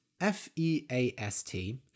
F-E-A-S-T